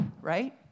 right